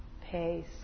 pace